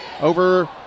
Over